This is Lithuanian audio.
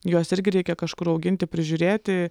juos irgi reikia kažkur auginti prižiūrėti